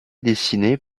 dessinées